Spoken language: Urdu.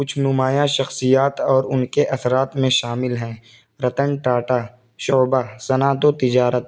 کچھ نمایاں شخصیات اور ان کے اثرات میں شامل ہیں رتن ٹاٹا شعبہ صنعت و تجارت